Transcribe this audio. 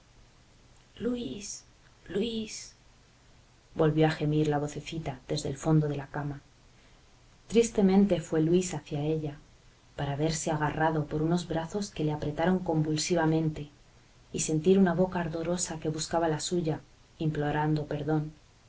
luis luis volvió a gemir la vocecita desde el fondo de la cama tristemente fue luis hacia ella para verse agarrado por unos brazos que le apretaron convulsivamente y sentir una boca ardorosa que buscaba la suya implorando perdón